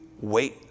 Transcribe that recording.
wait